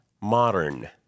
modern